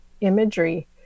imagery